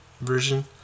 version